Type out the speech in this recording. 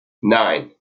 nein